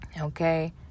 okay